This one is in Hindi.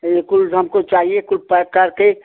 बिल्कुल हमको चाहिए कुछ कट करके